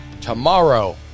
Tomorrow